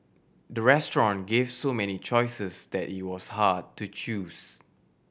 the restaurant gave so many choices that it was hard to choose